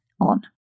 on